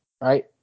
right